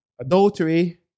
adultery